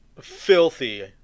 filthy